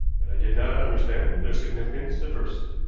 but i did not understand their significance at first.